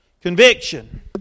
Conviction